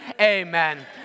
Amen